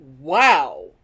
wow